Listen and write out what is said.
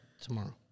tomorrow